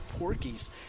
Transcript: Porkies